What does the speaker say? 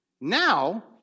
Now